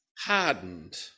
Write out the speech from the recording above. hardened